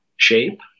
shape